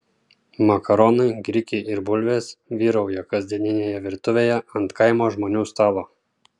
makaronai grikiai ir bulvės vyrauja kasdieninėje virtuvėje ant kaimo žmonių stalo